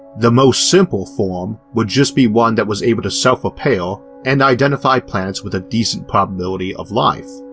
the most simple form would just be one that was able to self-repair and identify planets with a decent probability of life,